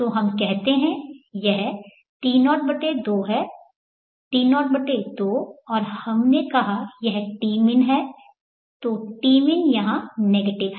तो हम कहते हैं यह T02 है T02 और हमने कहा यह tmin है तो tmin यहां नेगेटिव है